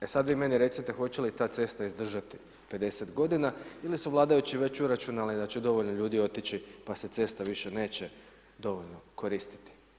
E, sad vi meni recite hoće li ta cesta izdržati 50 godina ili su vladajući već uračunali da će dovoljno ljudi otići, pa se cesta više neće dovoljno koristiti.